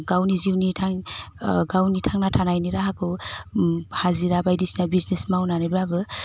गावनि जिउनि थां गावनि थांना थानायनि राहाखौ हाजिरा बायदिसिना बिजिनिस मावनानैब्लाबो